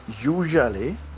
usually